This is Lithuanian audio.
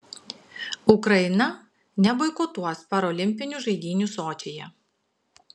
ukraina neboikotuos parolimpinių žaidynių sočyje